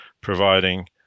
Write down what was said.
providing